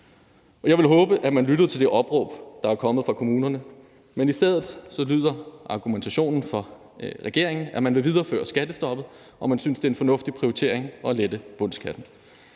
Jeg vil håbe, at man lytter til det opråb, der er kommet fra kommunerne, men i stedet lyder argumentationen fra regeringens side, at man vil videreføre skattestoppet, og at man synes, det er en fornuftig prioritering at lette bundskatten.